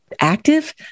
active